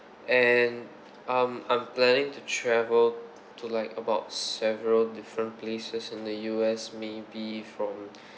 and um I'm planning to travel to like about several different places in the U_S maybe from